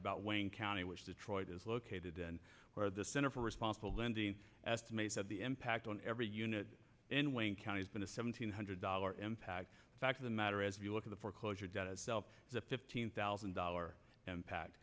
about wayne county which detroit is located and where the center for responsible lending estimates of the impact on every unit in wayne county has been a seven hundred dollar impact the fact of the matter is if you look at the foreclosure data itself fifteen thousand dollar impact